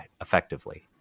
effectively